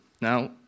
Now